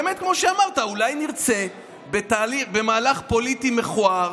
באמת כמו שאמרת, אולי נרצה במהלך פוליטי מכוער